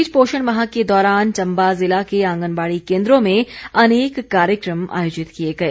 इस बीच पोषण माह के दौरान चंबा ज़िला के आंगनबाड़ी केन्द्रों में अनेक कार्यक्रम आयोजित किए गए